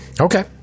Okay